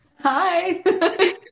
Hi